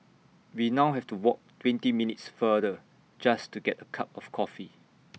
we now have to walk twenty minutes farther just to get A cup of coffee